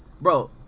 bro